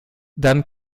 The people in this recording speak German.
dann